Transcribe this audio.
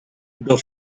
the